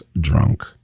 drunk